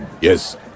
Yes